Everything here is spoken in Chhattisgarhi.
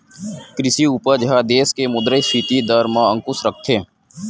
कृषि उपज ह देस के मुद्रास्फीति दर म अंकुस रखथे